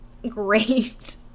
great